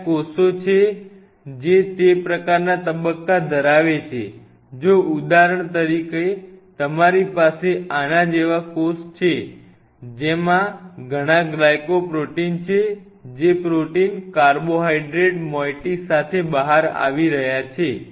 ત્યાં કોષો છે જે તે પ્રકારના તબક્કા ધરાવે છે જો ઉદાહરણ તરીકે તમારી પાસે આના જેવા કોષ છે જેમાં ઘણાં ગ્લાયકોપ્રોટીન છે જે પ્રોટીન કાર્બોહાઇડ્રેટ મોઇટી સાથે બહાર આવી રહ્યા છે